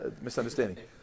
misunderstanding